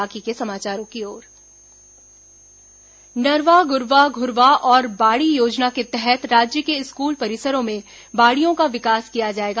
school गुणवत्ता नरवा गरूवा घुरूवा और बाड़ी योजना के तहत राज्य के स्कूल परिसरों में बाड़ियों का विकास किया जाएगा